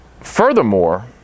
Furthermore